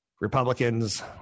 Republicans